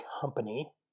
Company